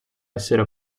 essere